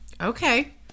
Okay